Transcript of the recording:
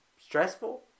stressful